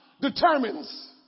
determines